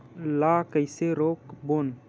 ला कइसे रोक बोन?